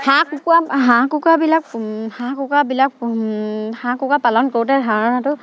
হাঁহ কুকুৰা হাঁহ কুকুৰাবিলাক হাঁহ কুকুৰাবিলাক হাঁহ কুকুৰা পালন কৰোঁতে ধাৰণাটো